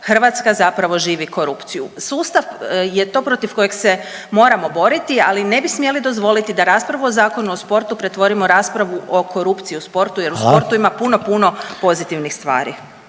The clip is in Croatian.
Hrvatska zapravo živi korupciju. Sustav je to protiv kojeg se moramo boriti, ali ne bi smjeli dozvoliti da raspravu o Zakonu o sportu pretvorimo u raspravu o korupciji u sportu jer u sportu ima puno puno pozitivnih stvari.